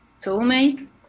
soulmates